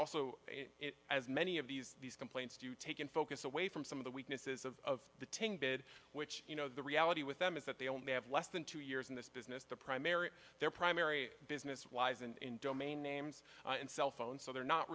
also as many of these these complaints do take in focus away from some of the weaknesses of the bed which you know the reality with them is that they only have less than two years in this business the primary their primary business wise in domain names and cell phone so they're not